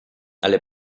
alle